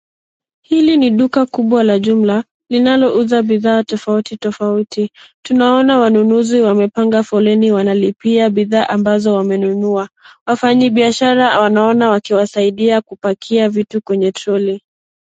Hili ni duka kubwa la jumla linalouza bidhaa tofauti tofauti. Tunaona wanunuzi wamepanga foleni, wanalipia bidhaa ambazo wamenunua. Wafanyibiashara wanaona wakiwasaidia kupakia vitu kwenye toroli.